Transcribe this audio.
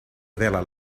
averla